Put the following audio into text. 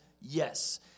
yes